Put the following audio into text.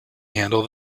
handle